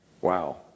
Wow